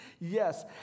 Yes